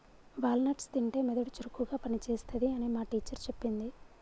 wall nuts తింటే మెదడు చురుకుగా పని చేస్తది అని మా టీచర్ చెప్పింది